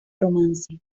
romance